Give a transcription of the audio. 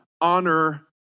Honor